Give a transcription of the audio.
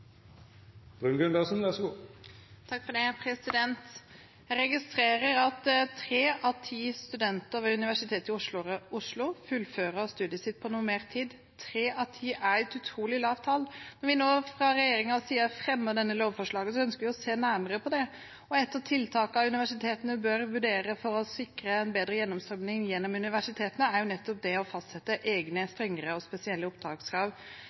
forslag i innstillingen. Så hvis partiene virkelig mener at dette skal utredes, må de foreslå det. Med det anbefaler jeg komiteens innstilling. Jeg registrerer at tre av ti studenter ved Universitetet i Oslo fullfører studiet sitt på normert tid. Tre av ti er et utrolig lavt tall. Når vi nå fra regjeringens side fremmer dette lovforslaget, ønsker vi å se nærmere på dette, og et av tiltakene universitetene bør vurdere for å sikre en bedre gjennomstrømning ved universitetene, er nettopp det å fastsette egne, strengere og spesielle opptakskrav.